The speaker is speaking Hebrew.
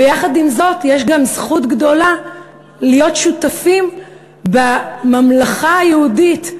ויחד עם זאת יש גם זכות גדולה להיות שותפים בממלכה היהודית,